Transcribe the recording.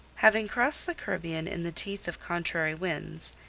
having crossed the caribbean in the teeth of contrary winds,